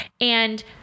And-